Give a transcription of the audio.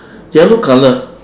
yellow colour